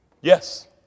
Yes